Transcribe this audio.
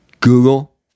Google